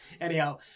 Anyhow